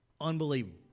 Unbelievable